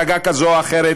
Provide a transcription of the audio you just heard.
שקשורה למפלגה כזאת או אחרת,